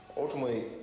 Ultimately